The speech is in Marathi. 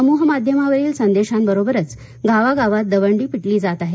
समूह माध्यमावरील संदेशांबरोबरच गावागावांत दवंडी पिटली जात आहे